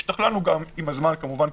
השתכללנו גם עם הזמן כמובן,